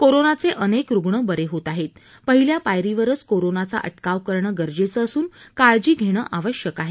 कोरोनाचे अनेक रुग्ण बरे होत आहेत पहिल्या पायरीवरच कोरोनाचा अटकाव करणं गरजेचं असून काळजी घेणं आवश्यक आहे